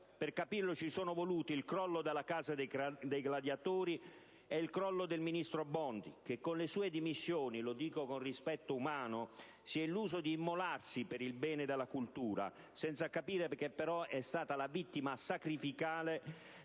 Per capirlo ci sono voluti il crollo della "Casa dei gladiatori" e il crollo del ministro Bondi che con le sue dimissioni - lo dico con rispetto umano - si è illuso di immolarsi per il bene della cultura senza capire che è stato la vittima sacrificale